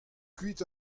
kuit